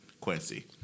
Quincy